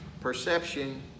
perception